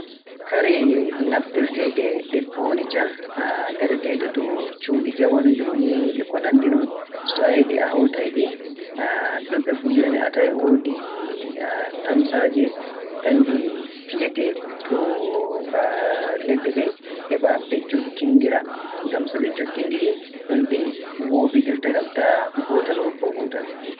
Kare naftirteeɗe ɗe foonica ngaɗeteeɗe to cuuɗi jamanu jooni, e ko nanndi non. So a yiɗi a hawtay-ɗi. Ɗuuɗɓe fuu jooni a taway woodi tamsaaje, kannje piyetee, to leɗɗe ɗen heɓa njokkindira. Ngam so ɗe njokkindirii ɗon ɗe mooɓindirta ngam taa gootal wurtoo gootal.